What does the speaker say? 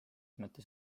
mõttes